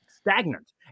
stagnant